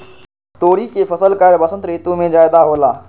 तोरी के फसल का बसंत ऋतु में ज्यादा होला?